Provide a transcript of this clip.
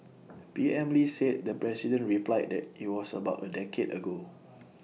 P M lee said the president replied that IT was about A decade ago